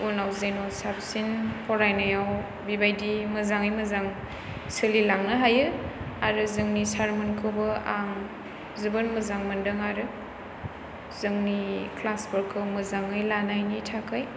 उनाव जेन' साबसिन फरायनायाव बिबादि मोजाङै मोजां सोलिलांनो हायो आरो जोंनि सार माेनखौबो आं जोबाेद मोजां मोनदों आरो जोंनि क्लास फोरखौ मोजाङै लानायनि थाखाय